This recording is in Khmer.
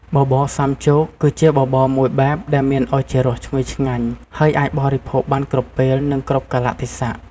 បបរសាមចូកគឺជាបបរមួយបែបដែលមានឱជារសឈ្ងុយឆ្ងាញ់ ហើយអាចបរិភោគបានគ្រប់ពេល និងគ្រប់កាលៈទេសៈ។